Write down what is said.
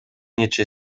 нече